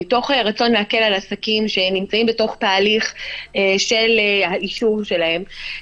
מתוך רצון להקל על עסקים שנמצאים בתהליך של האישור שלהם,